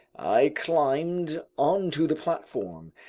i climbed onto the platform,